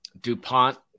DuPont